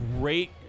great